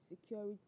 security